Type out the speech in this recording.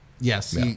Yes